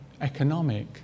economic